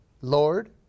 Lord